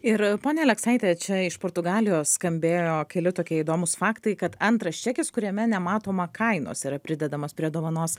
ir ponia aleksaite čia iš portugalijos skambėjo keli tokie įdomūs faktai kad antras čekis kuriame nematoma kainos yra pridedamas prie dovanos